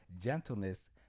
gentleness